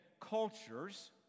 cultures